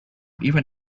even